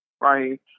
right